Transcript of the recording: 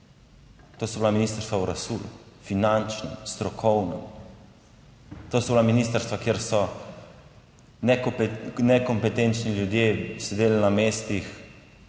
To so bila ministrstva v razsulu, finančnem, strokovnem, to so bila ministrstva kjer so nekompetentni ljudje sedeli na mestih,